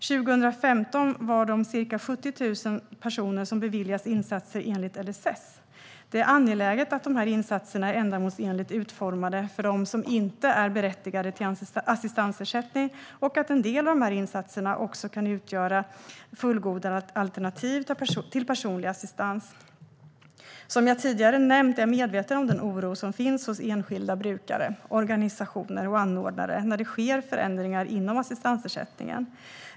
2015 var det ca 70 000 personer som beviljades insatser enligt LSS. Det är angeläget att dessa insatser är ändamålsenligt utformade för dem som inte är berättigade till assistansersättning och att en del av dessa insatser också kan utgöra fullgoda alternativ till personlig assistans. Som jag tidigare nämnt är jag medveten om den oro som finns hos enskilda brukare, organisationer och anordnare när det sker förändringar inom assistansersättningen.